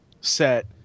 set